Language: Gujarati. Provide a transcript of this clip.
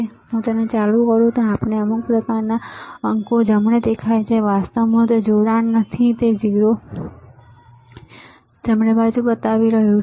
જો હું તેને ચાલુ કરું તો આપણને અમુક પ્રકારના અંકો જમણે દેખાય છે વાસ્તવમાં તે જોડાણ નથી તેથી તે 0 જમણે બતાવી રહ્યું છે